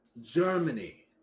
Germany